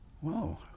whoa